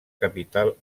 capital